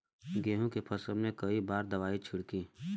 गेहूँ के फसल मे कई बार दवाई छिड़की?